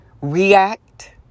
react